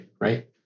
right